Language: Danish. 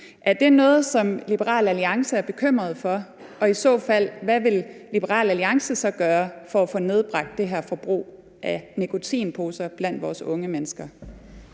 Er det noget, som Liberal Alliance er bekymret for? Og hvad vil Liberal Alliance i så fald gøre for at få nedbragt det her forbrug af nikotinposer blandt vores unge mennesker?